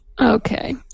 Okay